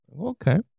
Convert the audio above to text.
Okay